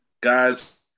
guys